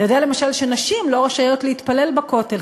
אתה יודע, למשל, שנשים לא רשאיות להתפלל בכותל?